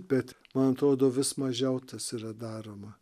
bet man atrodo vis mažiau tas yra daroma